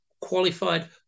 qualified